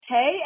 Hey